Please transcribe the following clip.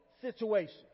situation